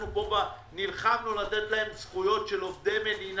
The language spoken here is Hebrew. אנחנו פה נלחמנו לתת להם זכויות של עובדי מדינה.